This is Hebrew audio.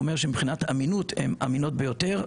הוא אומר שמבחינת אמינות הן אמינות ביותר,